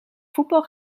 voetbal